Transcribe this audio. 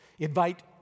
Invite